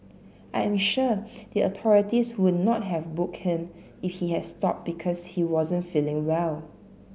I am sure the authorities would not have booked him if he had stopped because he wasn't feeling well